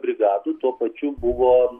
brigadų tuo pačiu buvo